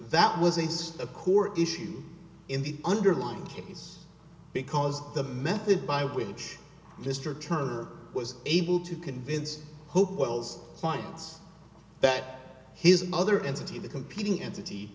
that was it's a core issue in the underlying case because the method by which mr turner was able to convince hope wells clients that his mother entity the competing entity